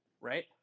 right